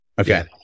Okay